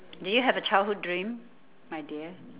do you have a childhood dream my dear